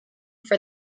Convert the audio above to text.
for